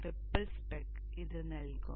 ripple spec ഇത് നിങ്ങൾക്ക് നൽകും